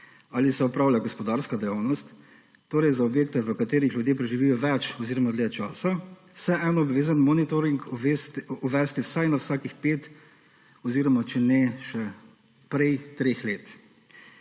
ali se opravlja gospodarska dejavnost, torej za objekte, v katerih ljudje preživijo več oziroma dlje časa, vseeno obvezno monitoring uvesti vsaj na vsakih pet oziroma treh let.